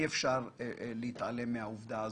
אי אפשר להתעלם מהעובדה הזאת.